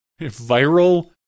viral